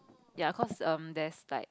ya cause um there's like